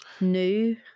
new